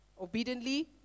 obediently